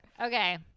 Okay